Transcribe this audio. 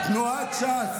תנועת ש"ס